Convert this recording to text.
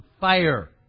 fire